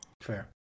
Fair